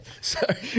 Sorry